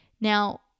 Now